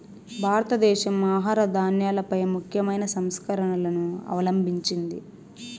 భారతదేశం ఆహార ధాన్యాలపై ముఖ్యమైన సంస్కరణలను అవలంభించింది